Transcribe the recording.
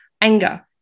anger